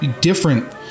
different